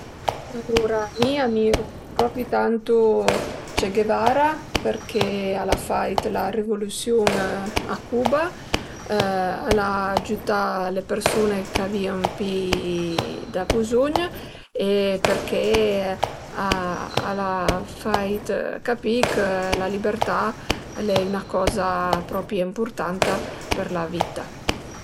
Alura mi amiru propi tantu Che Guevara përché al a fait la rëvolüsiun a Cuba, al a giütà le persun-e ch'al avìu pi da buzugn e përché al a fait capì chë la libertà l'e üna coza propi ëmpurtanta për la vitta